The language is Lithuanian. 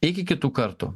iki kitų kartų